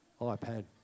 iPad